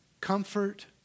Comfort